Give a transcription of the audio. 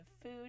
Food